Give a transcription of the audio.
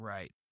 Right